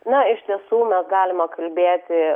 na iš tiesų mes galima kalbėti